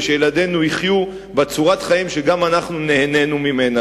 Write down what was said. ושילדינו יחיו בצורת חיים שגם אנחנו נהנינו ממנה,